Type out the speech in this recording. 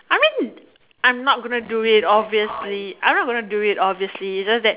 I mean I'm not gonna do it obviously I'm not gonna do it obviously is just that